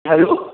hello